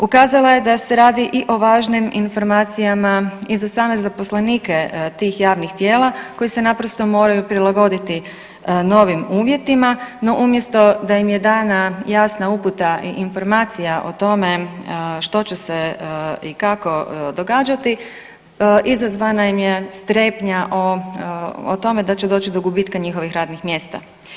Ukazala je da se radi i o važnim informacijama i za same zaposlenike tih javnih tijela koji se naprosto moraju prilagoditi novim uvjetima, no umjesto da im je dana jasna uputa i informacija o tome što će se i kako događati izazvana im je strepnja o, o tome da će doći do gubitka njihovih radnih mjesta.